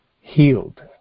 healed